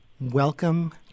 welcome